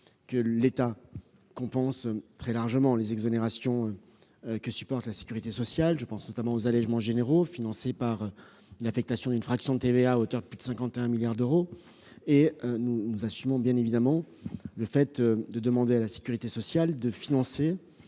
l'État compense très largement les exonérations que supporte la sécurité sociale ; je pense aux allégements généraux financés par l'affectation d'une fraction de TVA, à hauteur de plus de 51 milliards d'euros. En outre, nous assumons bien évidemment le fait de demander à la sécurité sociale de financer